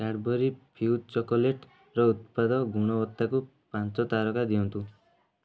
Cadbury Fuse ଚକୋଲେଟ୍ର ଉତ୍ପାଦ ଗୁଣବତ୍ତାକୁ ପାଞ୍ଚ ତାରକା ଦିଅନ୍ତୁ